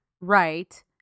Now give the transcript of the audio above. Right